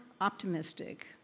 optimistic